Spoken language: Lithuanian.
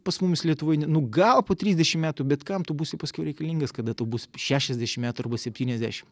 pas mumis lietuvoj nu gal po trisdešim metų bet kam tu būsi paskiau reikalingas kada tau bus šešiasdešim metų arba septyniasdešim